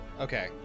okay